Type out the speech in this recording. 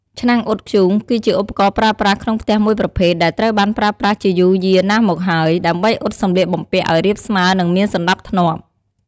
ឆ្នាំងអ៊ុតធ្យូង គឺជាឧបករណ៍ប្រើប្រាស់ក្នុងផ្ទះមួយប្រភេទ ដែលត្រូវបានប្រើប្រាស់ជាយូរយារណាស់មកហើយ ដើម្បីអ៊ុតសម្លៀកបំពាក់ឱ្យរាបស្មើ និងមានសណ្ដាប់ធ្នាប់។